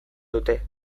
dute